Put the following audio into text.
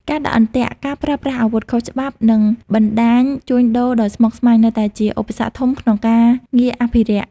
ការដាក់អន្ទាក់ ការប្រើប្រាស់អាវុធខុសច្បាប់ និងបណ្តាញជួញដូរដ៏ស្មុគស្មាញ នៅតែជាឧបសគ្គធំក្នុងការងារអភិរក្ស។